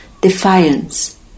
defiance